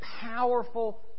powerful